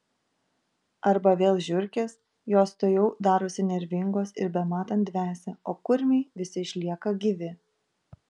arba vėl žiurkės jos tuojau darosi nervingos ir bematant dvesia o kurmiai visi išlieka gyvi